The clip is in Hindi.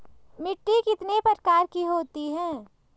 मिट्टी कितने प्रकार की होती हैं?